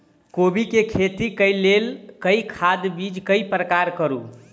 कोबी केँ खेती केँ लेल केँ खाद, बीज केँ प्रयोग करू?